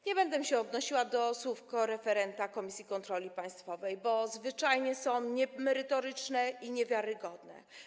Nie będę się odnosiła do słów koreferenta z Komisji do Spraw Kontroli Państwowej, bo zwyczajnie są niemerytoryczne i niewiarygodne.